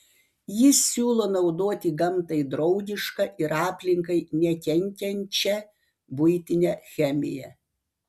jis siūlo naudoti gamtai draugišką ir aplinkai nekenkiančią buitinę chemiją